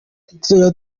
tuzajya